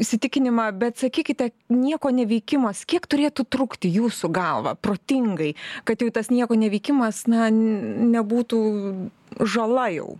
įsitikinimą bet sakykite nieko neveikimas kiek turėtų trukti jūsų galva protingai kad jau tas nieko neveikimas na nebūtų žala jau